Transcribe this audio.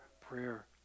prayer